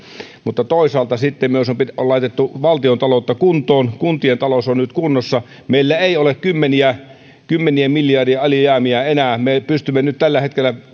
mutta toisaalta sitten on myös laitettu valtiontaloutta kuntoon kuntien talous on nyt kunnossa meillä ei ole kymmenien miljardien alijäämiä enää me pystymme tällä hetkellä